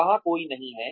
वहां कोई नही है